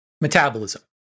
metabolism